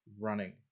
running